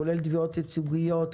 כולל תביעות ייצוגיות,